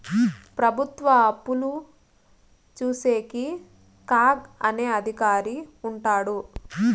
ప్రభుత్వ అప్పులు చూసేకి కాగ్ అనే అధికారి ఉంటాడు